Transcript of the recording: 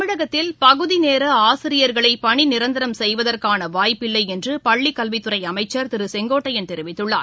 தமிழகத்தில் பகுதி நேர ஆசிரியர்களை பணி நிரந்தரம் செய்வதற்கான வாய்ப்பில்லை என்று பள்ளிக்கல்வித்துறை அமைச்சர் திரு செங்கோட்டையள் தெரிவித்துள்ளார்